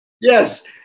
Yes